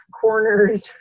corners